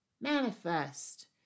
manifest